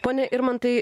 pone irmantai